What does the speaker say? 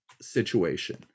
situation